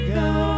go